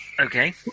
Okay